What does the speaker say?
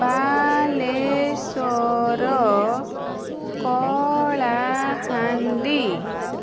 Balasore Kalahandi